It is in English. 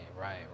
right